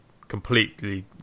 completely